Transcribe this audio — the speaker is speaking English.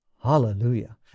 Hallelujah